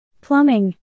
Plumbing